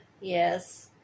Yes